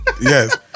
Yes